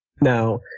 Now